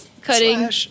Cutting